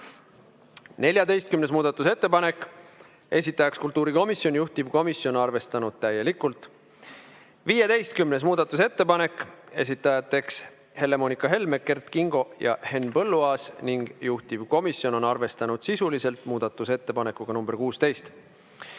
14. muudatusettepanek, esitajaks kultuurikomisjon, juhtivkomisjon on arvestanud täielikult. 15. muudatusettepanek, esitajateks Helle-Moonika Helme, Kert Kingo ja Henn Põlluaas ning juhtivkomisjon on arvestanud sisuliselt muudatusettepanekuga nr 16.